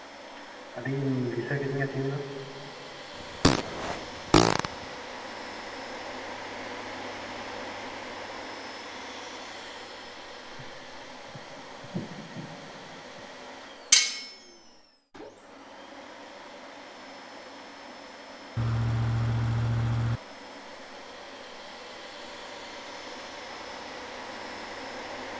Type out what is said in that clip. ᱟᱹᱰᱤᱢ ᱫᱤᱥᱟᱹ ᱠᱤᱫᱤᱧᱟ ᱛᱮᱦᱮᱧ ᱫᱚ